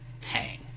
hang